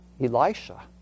Elisha